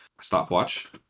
stopwatch